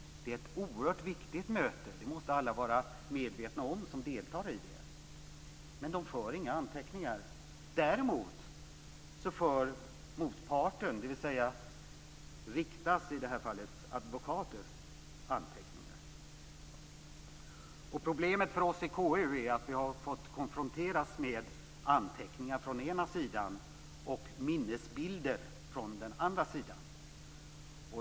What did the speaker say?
Det är ett oerhört viktigt möte. Det måste alla vara medvetna om som deltar i det, men de för inga anteckningar. Däremot för motparten, dvs. Riktas advokater, anteckningar. Problemet för oss i KU är att vi har konfronterats med anteckningar från den ena sidan och minnesbilder från den andra sidan.